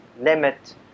limit